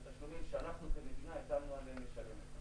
אלה תשלומים שאנחנו כמדינה הטלנו עליהן לשלם.